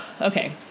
Okay